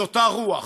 היא אותה רוח,